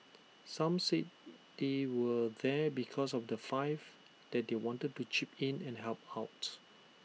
some said they were there because of the five that they wanted to chip in and help out